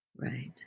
right